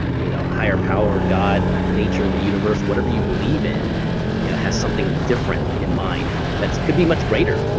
you know higher power, god, nature, the universe, whatever you believe in yeah has something different in mind that could be much greater.